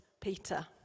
Peter